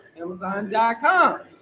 Amazon.com